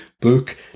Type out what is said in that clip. book